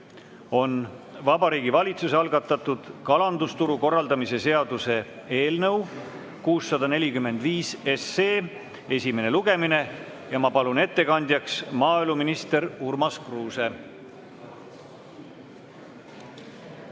on Vabariigi Valitsuse algatatud kalandusturu korraldamise seaduse eelnõu 645 esimene lugemine. Ma palun ettekandjaks maaeluminister Urmas Kruuse.